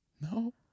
No